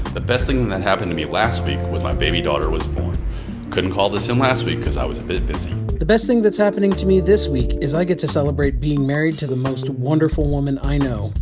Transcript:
the best thing that happened to me last week was my baby daughter was born. i couldn't call this in last week because i was a bit busy the best thing that's happening to me this week is i get to celebrate being married to the most wonderful woman i know.